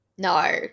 No